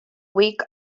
week